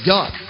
God